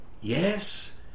yes